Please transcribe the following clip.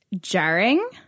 jarring